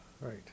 right